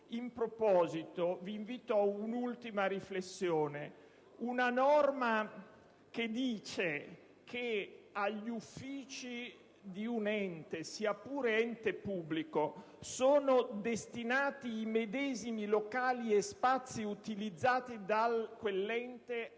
In proposito, vi invito ad un'ultima riflessione. Una norma che prevede che agli uffici di un ente, sia pure ente pubblico, sono destinati i medesimi locali e spazi utilizzati da quell'ente alla